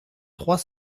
trois